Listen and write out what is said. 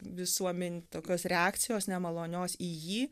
visuomenei tokios reakcijos nemalonios į jį